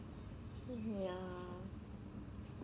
ya